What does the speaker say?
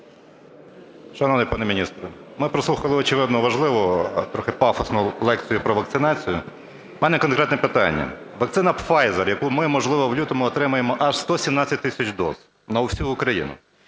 Шановний пане міністр, ми прослухали, очевидно, важливу, трохи пафосну лекцію про вакцинацію. У мене конкретне питання. Вакцина Pfizer, яку ми, можливо, в лютому отримаємо аж 117 тисяч доз на всю Україну.